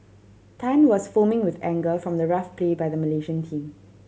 Tan was foaming with anger from the rough play by the Malaysian team